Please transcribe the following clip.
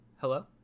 Hello